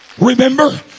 Remember